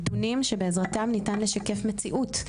נתונים שבעזרתם ניתן לשקף מציאות,